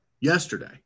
yesterday